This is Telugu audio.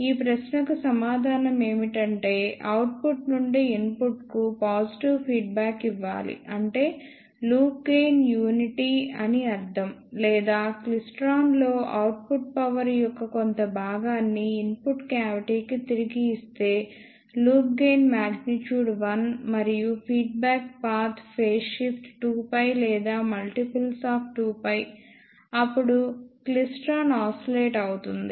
ఈ ప్రశ్నకు సమాధానం ఏమిటంటే అవుట్పుట్ నుండి ఇన్పుట్కు పాజిటివ్ ఫీడ్బ్యాక్ ఇవ్వాలి అంటే లూప్ గెయిన్ యూనిటీ అని అర్ధం లేదా క్లైస్ట్రాన్ లో అవుట్పుట్ పవర్ యొక్క కొంత భాగాన్ని ఇన్పుట్ క్యావిటీకి తిరిగి ఇస్తే లూప్ గెయిన్ మాగ్నిట్యూడ్ 1 మరియు ఫీడ్బ్యాక్ పాత్ ఫేజ్ షిఫ్ట్ 2π లేదా మల్టిపుల్స్ ఆఫ్ 2π అప్పుడు క్లైస్ట్రాన్ ఆసిలేట్ అవుతుంది